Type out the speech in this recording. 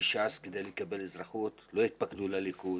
לש"ס כדי לקבל אזרחות, לא יתפקדו לליכוד.